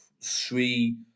three